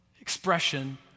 expression